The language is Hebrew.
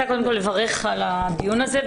קודם כל לברך על הדיון הזה.